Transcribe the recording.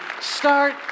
Start